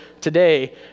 today